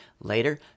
Later